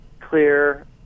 clear